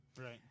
Right